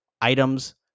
items